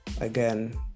again